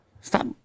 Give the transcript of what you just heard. Stop